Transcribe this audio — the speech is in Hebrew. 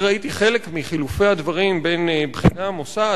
אני ראיתי חלק מחילופי הדברים בין בכירי המוסד.